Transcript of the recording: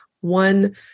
one